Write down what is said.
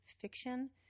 fiction